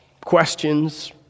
Questions